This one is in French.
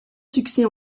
succès